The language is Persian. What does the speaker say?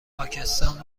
پاکستان